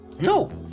No